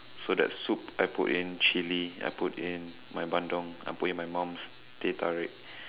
so that soup I put in chili I put in my Bandung I put in my mom's teh-tarik